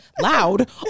loud